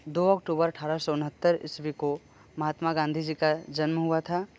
दो अक्टूबर अठारह सौ उनहत्तर ईस्वी को महात्मा गांधी जी का जन्म हुआ था